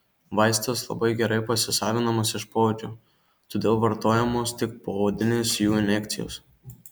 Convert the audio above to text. vaistas labai gerai pasisavinamas iš poodžio todėl vartojamos tik poodinės jų injekcijos